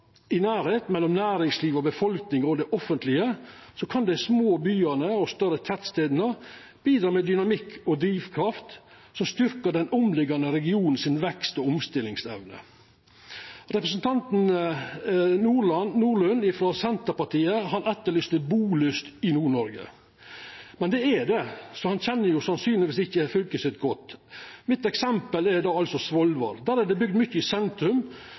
I kraft av nærleiken mellom næringsliv, befolkning og det offentlege kan dei små byane og større tettstadene bidra med dynamikk og drivkraft som styrkjer vekst og omstillingsevne i den omliggjande regionen. Representanten Nordlund frå Senterpartiet etterlyste bulyst i Nord-Noreg. Men det er det. Så han kjenner sannsynlegvis ikkje fylket sitt godt. Eksempelet mitt er Svolvær. Der er det bygd mykje i sentrum,